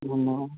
घुमाओ